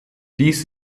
dies